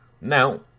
Now